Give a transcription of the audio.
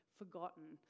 forgotten